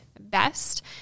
best